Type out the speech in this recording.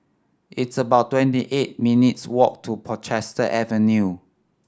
it's about twenty eight minutes' walk to Portchester Avenue